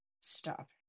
stop